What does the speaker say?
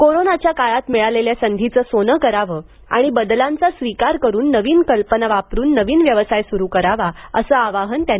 कोरोनाच्या काळात मिळालेल्या संधीचं सोनं करावं आणि बदलांचा स्वीकार करून नवीन कल्पना वापरून नवीन व्यवसाय सुरू करावा असं आवाहन त्यांनी यावेळी केलं